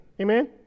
Amen